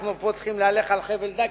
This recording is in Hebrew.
אנחנו פה צריכים להלך על חבל דק,